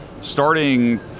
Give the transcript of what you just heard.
Starting